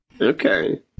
Okay